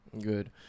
Good